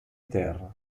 terra